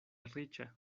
riĉa